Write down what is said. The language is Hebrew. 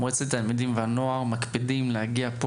מועצת התלמידים והנוער מקפידים להגיע פה